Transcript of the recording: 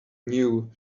knew